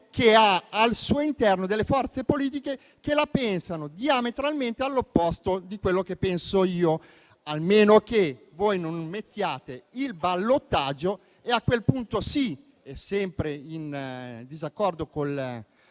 che ha al suo interno delle forze politiche che la pensano diametralmente all'opposto di come la penso io, a meno che non mettiate il ballottaggio. A quel punto sì; sempre in disaccordo con il